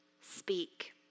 speak